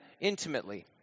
intimately